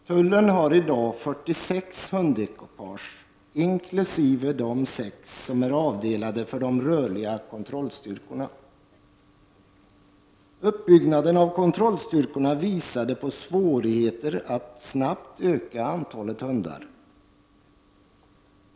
Tullen har i dag 46 hundekipage inkl.de 6 som är avdelade för de rörliga kontrollstyrkorna. Uppbyggnaden av kontrollstyrkorna visade svårigheterna att snabbt öka antalet hundar.